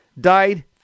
died